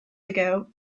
ago